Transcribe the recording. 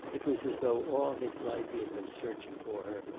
it was as though all his life he had been searching for her,